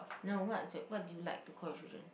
no what's what do you like to call your children